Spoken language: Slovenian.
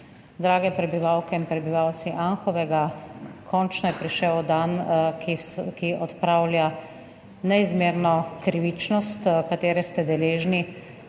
Drage prebivalke in prebivalci Anhovega! Končno je prišel dan, ki odpravlja neizmerno krivičnost, ki ste je deležni,